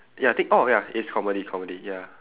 ya think oh ya it's comedy comedy ya